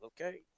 okay